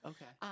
Okay